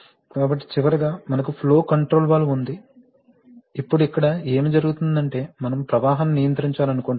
కాబట్టి చివరగా మనకు ఫ్లో కంట్రోల్ వాల్వ్ ఉంది ఇప్పుడు ఇక్కడ ఏమి జరుగుతుందంటే మనం ప్రవాహాన్ని నియంత్రించాలనుకుంటున్నాము